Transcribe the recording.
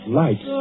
light